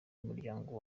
w’umuryango